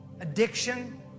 Addiction